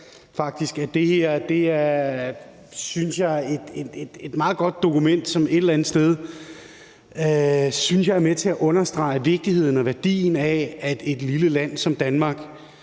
det her er et meget godt dokument, som et eller andet sted, synes jeg, er med til at understrege vigtigheden og værdien af, at et lille land som Danmark